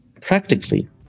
practically